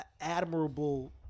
admirable